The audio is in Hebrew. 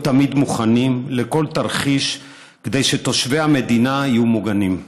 להיות תמיד מוכנים לכל תרחיש כדי שתושבי המדינה יהיו מוגנים.